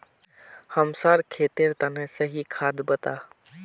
हमसार खेतेर तने सही खाद बता